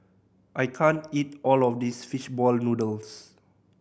I can't eat all of this fish ball noodles